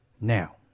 Now